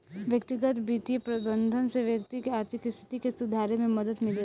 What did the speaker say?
व्यक्तिगत बित्तीय प्रबंधन से व्यक्ति के आर्थिक स्थिति के सुधारे में मदद मिलेला